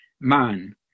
man